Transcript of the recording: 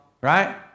right